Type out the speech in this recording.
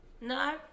No